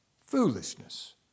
foolishness